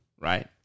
right